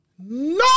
No